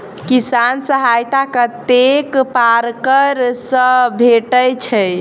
किसान सहायता कतेक पारकर सऽ भेटय छै?